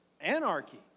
Anarchy